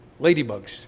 ladybugs